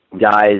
guys